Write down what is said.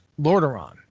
Lordaeron